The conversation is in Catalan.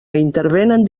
intervenen